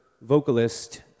vocalist